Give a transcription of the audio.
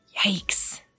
Yikes